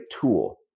tool